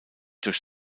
durch